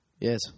Yes